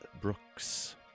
Brooks